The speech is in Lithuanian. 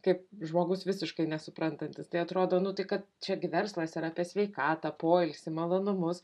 kaip žmogus visiškai nesuprantantis tai atrodo nu tai kad čia gi verslas ir apie sveikatą poilsį malonumus